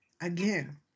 again